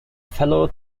fellow